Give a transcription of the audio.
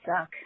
suck